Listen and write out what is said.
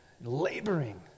laboring